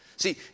See